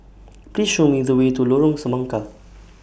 Please Show Me The Way to Lorong Semangka